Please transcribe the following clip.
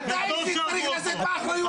חברים, להוציא את אוסאמה.